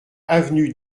avenue